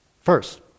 First